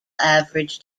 average